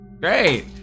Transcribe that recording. Great